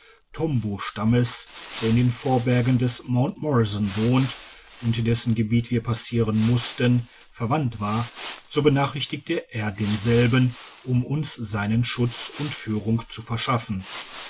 tombostammes der in den vorbergen des mt morrison wohnt und dessen gebiet wir passieren mussten verwandt war so benachrichtigte er denselben um uns seinen schutz und führung zu verschaffen